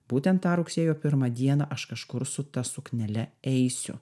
būtent tą rugsėjo pirmą dieną aš kažkur su ta suknele eisiu